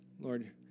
Lord